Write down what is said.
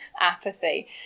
apathy